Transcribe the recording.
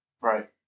Right